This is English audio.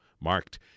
marked